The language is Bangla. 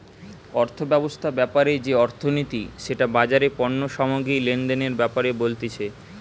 অর্থব্যবস্থা ব্যাপারে যে অর্থনীতি সেটা বাজারে পণ্য সামগ্রী লেনদেনের ব্যাপারে বলতিছে